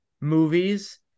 movies